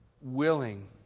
willing